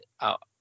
out